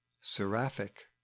seraphic